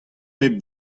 pep